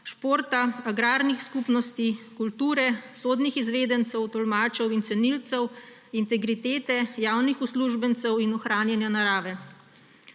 športa, agrarnih skupnosti, kulture, sodnih izvedencev, tolmačev in cenilcev, integritete, javnih uslužbencev in ohranjanja narave.